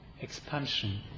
expansion